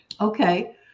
Okay